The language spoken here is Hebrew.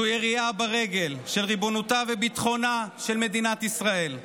זה ירייה ברגל של ריבונותה וביטחונה של מדינת ישראל.